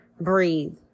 breathe